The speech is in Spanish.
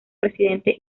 presidente